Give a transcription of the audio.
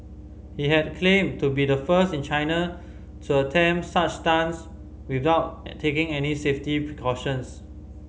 he had claimed to be the first in China to attempt such stunts without taking any safety precautions